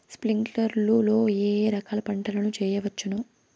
స్ప్రింక్లర్లు లో ఏ ఏ రకాల పంటల ను చేయవచ్చును?